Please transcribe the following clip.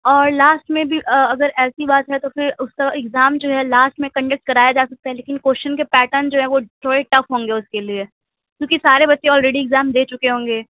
اور لاسٹ میں بھی اگر ایسی بات ہے تو پھر اُس کا ایگزام جو ہے لاسٹ میں کنڈیکٹ کرایا جا سکتا ہے لیکن کوشچن کے پیٹرن جو ہیں وہ تھوڑے ٹف ہوں گے اُس کے لیے کیونکہ سارے بچے آلریڈی ایگزام دے چُکے ہوں گے